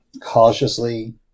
Cautiously